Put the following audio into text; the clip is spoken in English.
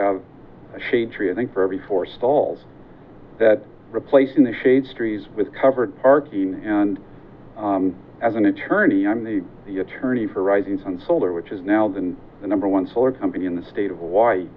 have shade tree i think for every four stalls that replacing the shade trees with covered park and as an attorney i'm the attorney for risings unsolder which is now been the number one solar company in the state of hawaii